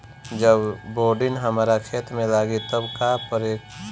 जब बोडिन हमारा खेत मे लागी तब का करे परी?